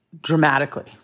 Dramatically